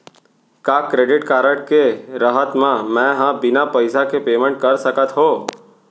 का credit card के रहत म, मैं ह बिना पइसा के पेमेंट कर सकत हो?